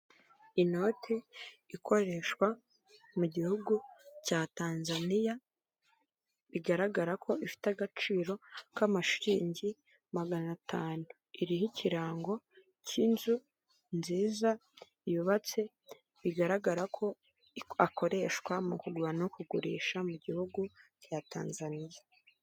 Inote ikoreshwa mu gihugu cya Tanzaniya bigaragara ko ifite agaciro k'amashiringi magana atanu, iriho ikirango cy'inzu nziza yubatse bigaragara ko akoreshwa mu kugura no kugurisha mu gihugu cya Tanzaniya.